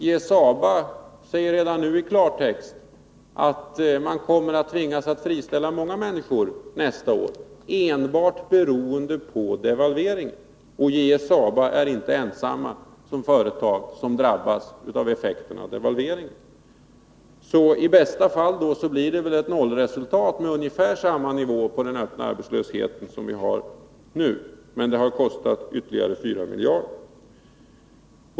J S Saba AB säger redan nu i klartext att man kommer att tvingas att friställa många människor nästa år enbart beroende på devalveringen. Och JS Saba är inte ensamt som företag om att drabbas av effekterna av devalveringen. I bästa fall blir det ett nollresultat, med ungefär samma nivå när det gäller den öppna arbetslösheten som vi har nu, men det har kostat ytterligare 4 miljarder.